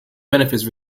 benefits